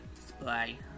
display